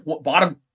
bottom